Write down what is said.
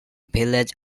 village